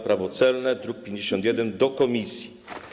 Prawo celne, druk nr 51, do komisji.